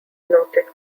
noted